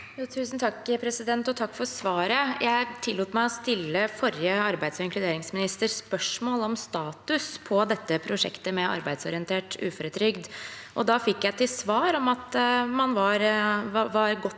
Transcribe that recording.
Molberg (H) Takk for svaret. Jeg tillot meg å stille forrige arbeids- og inkluderingsminister spørsmål om status på dette prosjektet med arbeidsorientert uføretrygd, og da fikk jeg til svar at man var godt